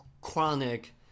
chronic